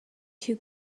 two